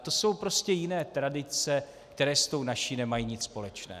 To jsou prostě jiné tradice, které s tou naší nemají nic společné.